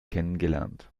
kennengelernt